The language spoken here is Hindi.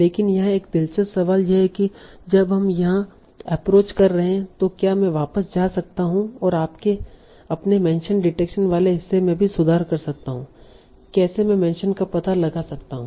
लेकिन यहां एक दिलचस्प सवाल यह है कि जब हम यह एप्रोच कर रहे हैं तो क्या मैं वापस जा सकता हूं और अपने मेंशन डिटेक्शन वाले हिस्से में भी सुधार कर सकता हूं कैसे में मेंशन का पता लगा सकता हूं